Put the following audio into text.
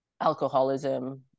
alcoholism